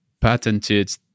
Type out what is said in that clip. patented